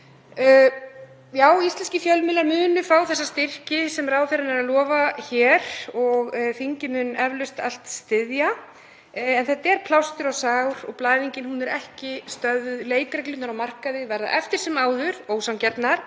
Já, íslenskir fjölmiðlar munu fá þessa styrki sem ráðherrann er að lofa hér og þingið mun eflaust allt styðja. En þetta er plástur á sár og blæðingin er ekki stöðvuð. Leikreglurnar á markaði verða eftir sem áður ósanngjarnar